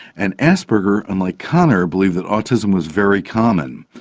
and asperger, unlike kanner, believed that autism was very common.